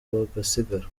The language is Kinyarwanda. bagasigara